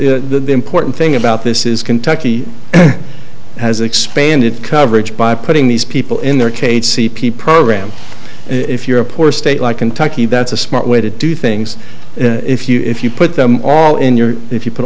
but the important thing about this is kentucky has expanded coverage by putting these people in their trade c p program if you're a poor state like kentucky that's a smart way to do things if you if you put them all in your if you put